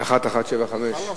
אדוני